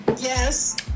Yes